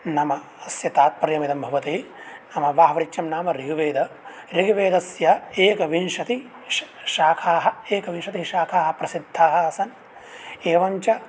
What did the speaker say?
नाम अस्य तात्पर्यमिदं भवति नाम वाह्वृच्यं नाम ऋग्वेदः ऋग्वेदस्य एकविंशतिः शाखाः एकविंशतिः शाखाः प्रसिद्धाः आसन् एवञ्च